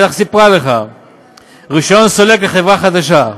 היא בטח סיפרה לך רישיון סולק לחברה חדשה.